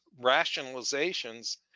rationalizations